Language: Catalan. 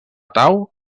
tau